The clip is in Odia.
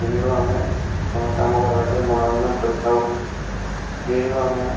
ଟିଭିରୁ ଆମେ ସମସ୍ତେ ଆମ ଘର ଲୋକେ ମନୋରଞ୍ଜନ କରିଥାଉ ଫ୍ରିଜ୍ରୁ ଆମେ